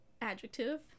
Adjective